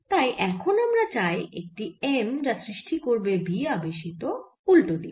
তাই এখন আমরা চাই একটি M যা সৃষ্টি করবে B আবেশিত উল্টো দিকে